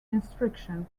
instruction